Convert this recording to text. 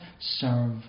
serve